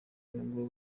n’ubwo